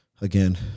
again